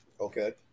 Okay